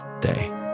day